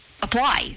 apply